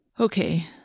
Okay